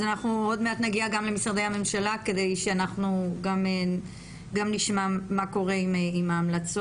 אנחנו עוד מעט נגיע גם למשרדי הממשלה כדי שנשמע מה קורה עם ההמלצות.